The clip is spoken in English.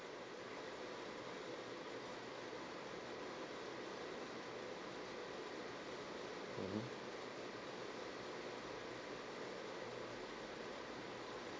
mmhmm